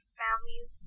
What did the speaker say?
families